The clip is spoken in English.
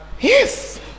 yes